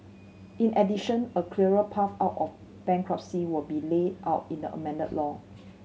in addition a clearer path out of bankruptcy will be laid out in the amended law